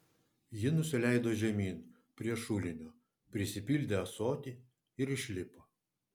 ji nusileido žemyn prie šulinio prisipildė ąsotį ir išlipo